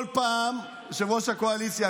יושב-ראש הקואליציה,